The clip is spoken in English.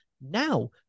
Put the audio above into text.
Now